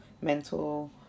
mental